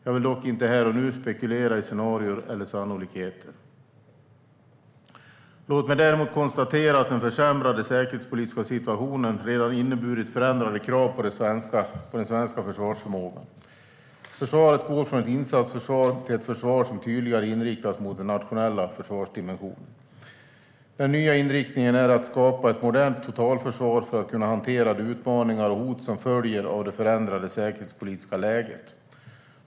Jag vill dock inte här och nu spekulera i scenarier eller sannolikheter. Låt mig däremot konstatera att den försämrade säkerhetspolitiska situationen redan inneburit förändrade krav på den svenska försvarsförmågan. Försvaret går från ett insatsförsvar till ett försvar som tydligare inriktas mot den nationella försvarsdimensionen. Den nya inriktningen är att skapa ett modernt totalförsvar för att kunna hantera de utmaningar och hot som följer av det förändrade säkerhetspolitiska läget.